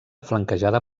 flanquejada